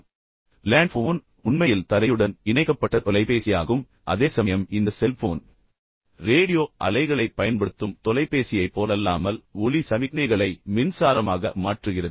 எனவே land phone உண்மையில் தரையுடன் இணைக்கப்பட்ட தொலைபேசியாகும் அதேசமயம் இந்த செல்போன் ரேடியோ அலைகளைப் பயன்படுத்தும் தொலைபேசியைப் போலல்லாமல் ஒலி சமிக்ஞைகளை மின்சாரமாக மாற்றுகிறது